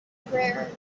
prayer